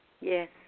Yes